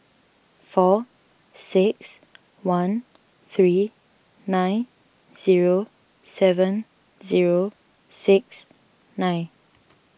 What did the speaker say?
four six one three nine zero seven zero six nine